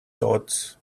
thoughts